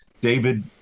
David